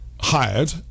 hired